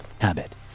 Habit